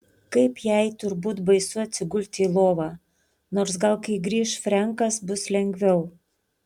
kaip jai turbūt baisu atsigulti į lovą nors gal kai grįš frenkas bus lengviau